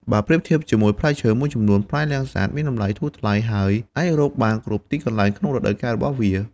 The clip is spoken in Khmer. បើប្រៀបធៀបជាមួយផ្លែឈើមួយចំនួន ផ្លែលាំងសាតមានតម្លៃធូរថ្លៃ ហើយអាចរកបានគ្រប់ទីកន្លែងក្នុងរដូវកាលរបស់វា។